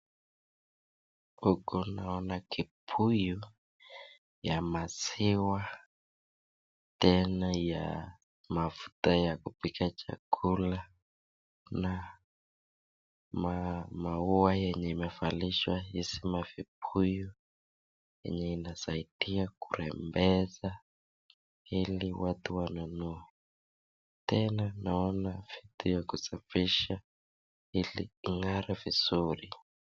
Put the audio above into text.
Huku naona kibuyu ya maziwa, tena ya mafuta ya kupika chakula na maua yenye imevalishwa hizi mavibuyu. Inasaidia kurembesha ili watu wanunue tena naona vitu ya kisafisha ili ing'are vizuri.